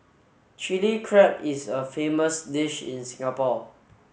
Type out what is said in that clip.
Chilli Crab is a famous dish in Singapore